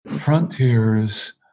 frontiers